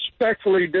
respectfully